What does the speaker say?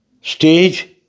stage